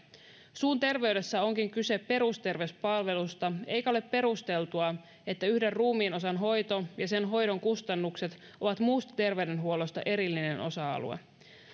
suunterveydessä onkin kyse perusterveyspalvelusta eikä ole perusteltua että yhden ruumiinosan hoito ja sen hoidon kustannukset ovat muusta terveydenhuollosta erillinen osa alue